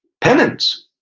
penance,